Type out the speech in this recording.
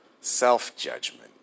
self-judgment